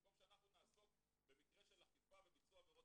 במקום שאנחנו נעסוק באכיפה במקרה של ביצוע עבירות